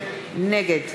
נגד